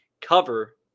cover